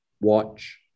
watch